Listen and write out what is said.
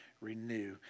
renew